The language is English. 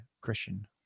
Christian